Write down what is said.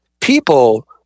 people